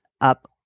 up